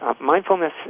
mindfulness